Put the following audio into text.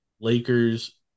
Lakers